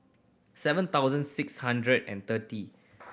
seven thousand six hundred and thirty